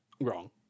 Wrong